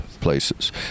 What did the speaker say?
places